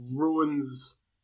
ruins